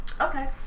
Okay